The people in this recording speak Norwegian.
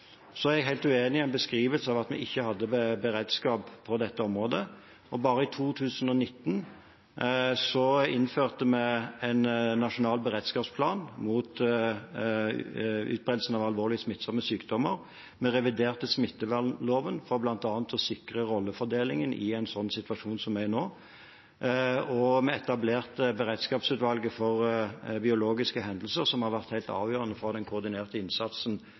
Jeg er helt uenig i en beskrivelse av at vi ikke hadde beredskap på dette området. Bare i 2019 innførte vi en nasjonal beredskapsplan mot utbredelsen av alvorlige smittsomme sykdommer, vi reviderte smittvernloven for bl.a. å sikre rollefordelingen i en situasjon som den vi er i nå, og vi etablerte beredskapsutvalget mot biologiske hendelser, som har vært helt avgjørende for den koordinerte innsatsen